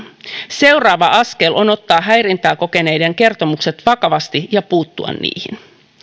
seuraava askel on ottaa häirintää kokeneiden kertomukset vakavasti ja puuttua niihin